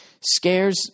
Scares